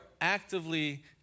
actively